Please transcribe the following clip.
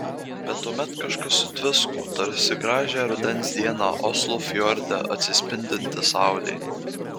bet tuomet kažkas sutvisko tarsi gražią rudens dieną oslo fjorde atsispindinti saulė